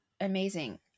Amazing